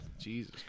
Jesus